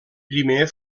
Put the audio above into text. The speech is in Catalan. primer